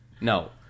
No